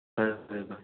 ꯐꯔꯦ ꯐꯔꯦ ꯚꯥꯏ